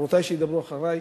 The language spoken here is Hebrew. וחברותי שידברו אחרי,